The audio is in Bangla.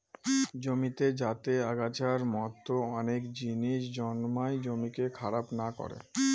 জমিতে যাতে আগাছার মতো অনেক জিনিস জন্মায় জমিকে খারাপ না করে